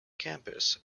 campus